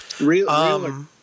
Real